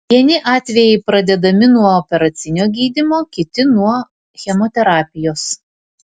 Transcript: vieni atvejai pradedami nuo operacinio gydymo kiti nuo chemoterapijos